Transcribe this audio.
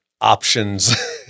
options